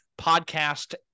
podcast